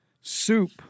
soup